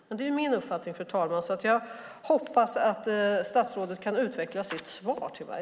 Men det är min uppfattning, fru talman, så jag hoppas att statsrådet kan utveckla sitt svar till mig.